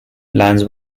plans